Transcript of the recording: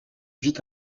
vit